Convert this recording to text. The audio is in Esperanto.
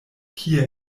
kie